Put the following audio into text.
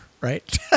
right